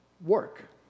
work